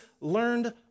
learned